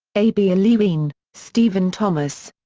a b erlewine, stephen thomas.